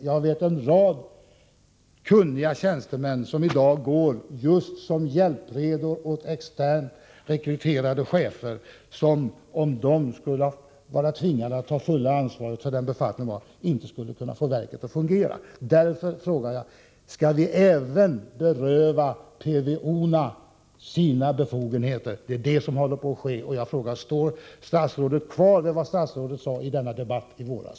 Jag vet en rad kunniga tjänstemän som i dag går just som hjälpredor åt externt rekryterade chefer, vilka, om de var tvingade att ta det fulla ansvaret för den befattning de har, inte skulle få verket att fungera. Jag frågar därför: Skall även postområdena berövas sina befogenheter? Det är vad som håller på att ske, och jag frågar: Står statsrådet fast vid vad han sade i debatten om dessa frågor i våras?